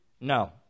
No